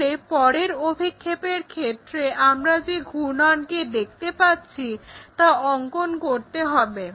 তাহলে পরের অভিক্ষেপের ক্ষেত্রে আমরা যে ঘূর্ণনকে দেখতে পাচ্ছি তা অঙ্কন করতে হবে